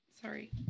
sorry